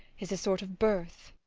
is a sort of birth.